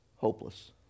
Hopeless